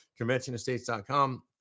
conventionestates.com